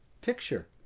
picture